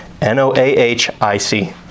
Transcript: N-O-A-H-I-C